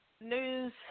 news